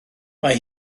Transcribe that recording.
mae